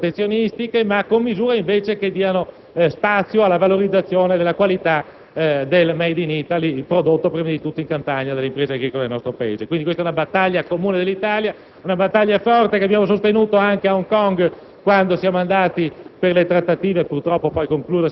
senza misure protezionistiche, ma con misure che diano spazio alla valorizzazione della qualità del *made in Italy*, del prodotto in campagna dall'impresa agricola del nostro Paese. Questa è una battaglia comune dell'Italia, una battaglia forte che abbiamo sostenuto anche ad Hong Kong quando ci siamo recati